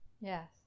yes